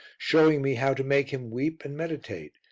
showing me how to make him weep and meditate,